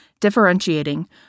differentiating